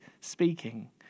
speaking